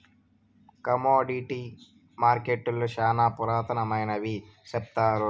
commodity మార్కెట్టులు శ్యానా పురాతనమైనవి సెప్తారు